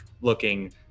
looking